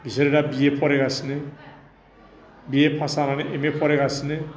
बिसोरो दा B A फरायगासिनो बि ए पास जानानै एम ए फरायगासिनो